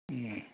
उम